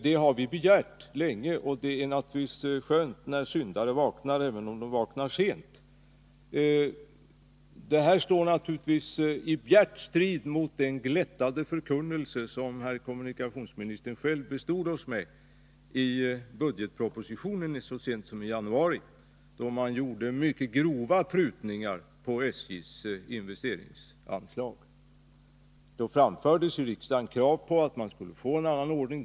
Det har vi begärt länge, och det är skönt när syndare vaknar, även om de vaknar kl Det här står i bjärt strid mot den glättade förkunnelse som herr kommunikationsministern själv bestod oss med i budgetpropositionen så sent som i januari, då man gjorde mycket grova prutningar på SJ:s investeringsanslag. Då framförde vi i riksdagen krav på en annan ordning.